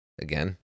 again